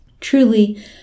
Truly